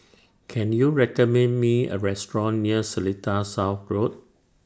Can YOU recommend Me A Restaurant near Seletar South Road